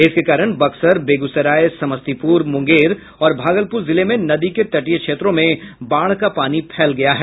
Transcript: इसके कारण बक्सर बेगूसराय समस्तीपुर मुंगेर और भागलपुर जिले में नदी के तटीय क्षेत्रों में बाढ़ का पानी फैल गया है